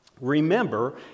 Remember